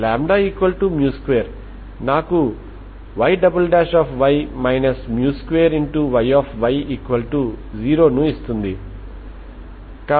λ2 నాకు Yy 2Yy0 ను ఇస్తుంది